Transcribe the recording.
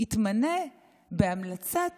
יתמנה בהמלצת